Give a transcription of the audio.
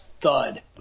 thud